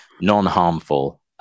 non-harmful